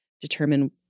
determine